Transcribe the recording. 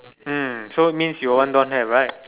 mm so it means your one don't have right